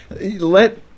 Let